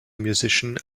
musician